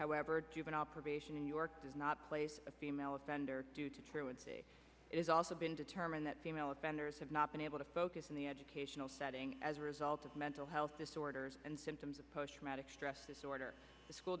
operation in york does not place a female offender due to truancy is also been determined that female offenders have not been able to focus on the educational setting as a result of mental health disorders and symptoms of post traumatic stress disorder the school